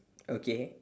okay